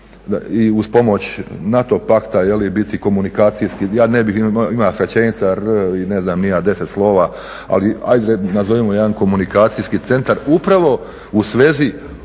i uz pomoć NATO pakta biti komunikacijski, ja ne bih, ima skraćenica R i ne znam ni ja 10 slova, ali ajde nazovimo jedan komunikacijski centar upravo u svezi